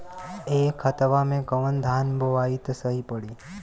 ए खेतवा मे कवन धान बोइब त सही पड़ी?